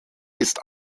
ist